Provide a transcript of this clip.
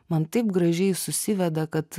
man taip gražiai susiveda kad